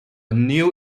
new